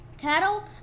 Cattle